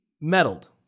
meddled